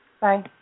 Bye